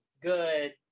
good